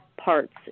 parts